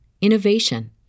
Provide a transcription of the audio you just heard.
innovation